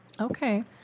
Okay